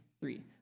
three